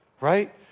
right